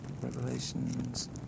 Revelations